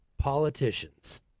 politicians